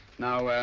now,